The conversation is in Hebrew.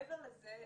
מעבר לזה,